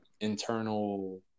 internal